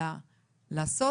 אלא לעשות